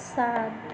सात